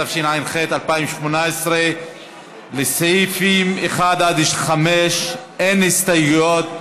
התשע"ח 2018. לסעיפים 1 5 אין הסתייגויות.